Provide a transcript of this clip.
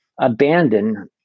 abandon